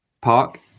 Park